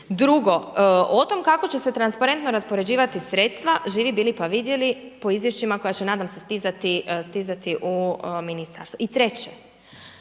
Drugo, o tome kako će se transparentno raspoređivati sredstva, živi bili pa vidjeli po izvješćima koja će nadam se stizati u ministarstvo. I treće,